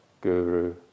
Guru